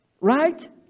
Right